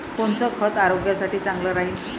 कोनचं खत आरोग्यासाठी चांगलं राहीन?